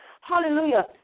hallelujah